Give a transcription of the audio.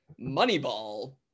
Moneyball